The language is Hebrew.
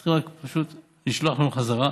צריכים פשוט רק לשלוח אלינו חזרה.